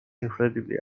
incredibly